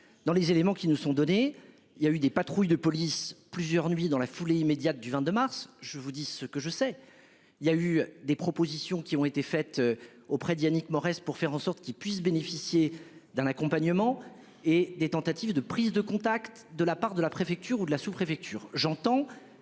dans les éléments qui nous sont données, il y a eu des patrouilles de police plusieurs nuits dans la foulée immédiate du 22 mars. Je vous dis ce que je sais, il y a eu des propositions qui ont été faites auprès d'Yannick Morez pour faire en sorte qu'il puisse bénéficier d'un accompagnement et des tentatives de prise de contact de la part de la préfecture ou de la sous- préfecture